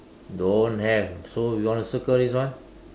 don't have so you want to circle this one